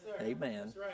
Amen